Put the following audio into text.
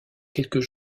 quelques